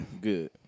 Good